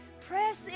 press